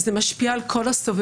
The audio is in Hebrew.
זה משפיע על כל הסובבים.